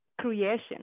creation